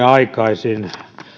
aikaisin